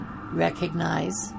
recognize